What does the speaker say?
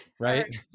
right